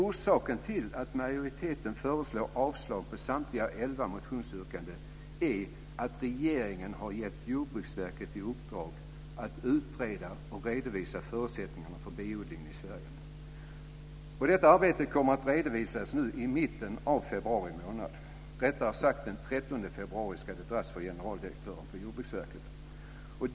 Orsaken till att majoriteten föreslår avslag på samtliga elva motionsyrkanden är att regeringen har gett Jordbruksverket i uppdrag att utreda och redovisa förutsättningarna för biodlingen i Sverige. Detta arbete kommer att redovisas i mitten av februari. Den 13 februari kommer det att föredras för generaldirektören på Jordbruksverket.